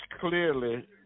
clearly